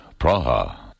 Praha